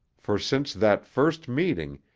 for since that first meeting,